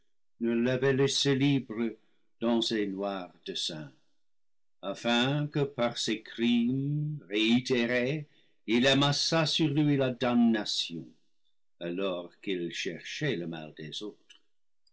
ne l'avaient laissé libre clans ses noirs desseins afin que par ses crimes réitérés il amassât sur lui la damnation alors qu'il cherchait le mal des autres